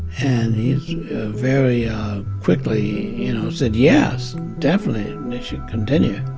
and he very quickly, you know, said, yes, definitely they should continue.